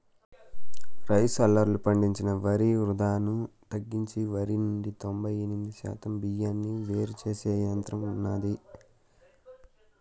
rice హల్లర్లు పండించిన వరి వృధాను తగ్గించి వరి నుండి తొంబై ఎనిమిది శాతం బియ్యాన్ని వేరు చేసే యంత్రం ఉన్నాది